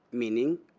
meaning